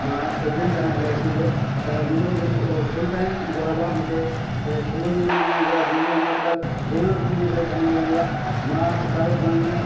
मां एजेंट आहियां L I C जो त मुंहिंजो इहो फुल टाइम जॉब आहे मूंखे अ सॼो ॾींहुं उनमें जरा बिजी रहिंदो आहियां पर जंहिं वक़्तु बि मूंखे टाइम मिलंदो आहे मां क़िताब पढ़ण में